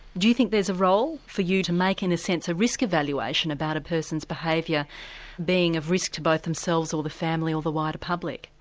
do you think there's a role for you to make in a sense a risk evaluation about a person's behaviour being of risk to both themselves, or the family, or to the wider public?